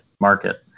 market